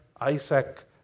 Isaac